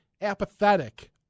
apathetic